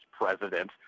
president